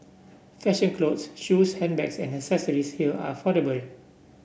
fashion clothes shoes handbags and accessories here are affordable